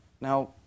Now